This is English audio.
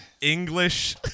English